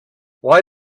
why